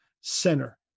center